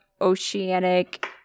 Oceanic